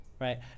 right